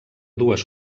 dues